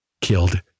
killed